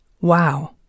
Wow